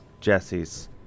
Jesse's